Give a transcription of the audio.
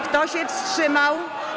Kto się wstrzymał?